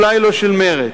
אולי לא של מרצ,